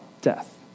death